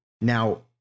Now